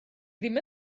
ddim